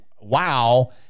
wow